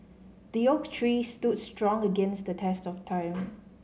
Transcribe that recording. the oak tree stood strong against the test of time